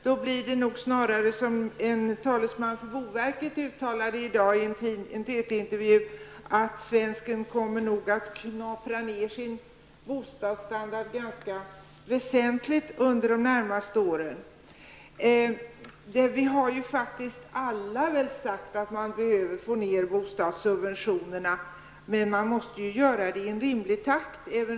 Då blir det snarare som en talesman för Boverket uttalade i dag i en TT-intervju, att svensken kommer att knapra ner sin bostadsstandard ganska väsentligt under de senaste åren. Vi har nog alla sagt att man behöver få ned bostadssubventionerna. Man måste dock göra det i en rimlig takt.